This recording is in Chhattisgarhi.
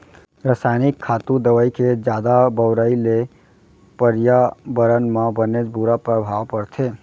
रसायनिक खातू, दवई के जादा बउराई ले परयाबरन म बनेच बुरा परभाव परथे